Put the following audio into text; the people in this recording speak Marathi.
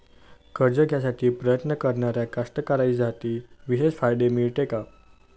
कर्ज घ्यासाठी प्रयत्न करणाऱ्या कास्तकाराइसाठी विशेष फायदे मिळते का?